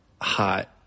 hot